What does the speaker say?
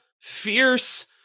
fierce